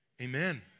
amen